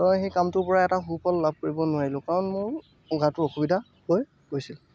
মই সেই কামটোৰ পৰা এটা সুফল লাভ কৰিব নোৱাৰিলোঁ কাৰণ মোৰ উশাহটোত অসুবিধা হৈ গৈছিল